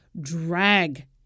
drag